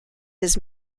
his